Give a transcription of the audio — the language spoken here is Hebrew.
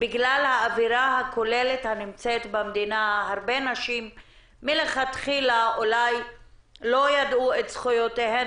שבגלל האווירה הכוללת במדינה הרבה נשים מלכתחילה לא ידעו את זכויותיהן